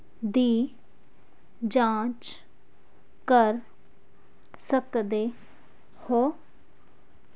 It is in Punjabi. ਦੀ ਜਾਂਚ ਕਰ ਸਕਦੇ ਹੋ